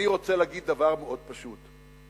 אני רוצה להגיד דבר פשוט מאוד: